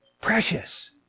Precious